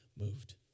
Moved